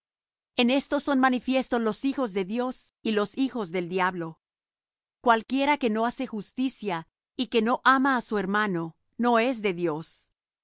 en esto son manifiestos los hijos de dios y los hijos del diablo cualquiera que no hace justicia y que no ama á su hermano no es de dios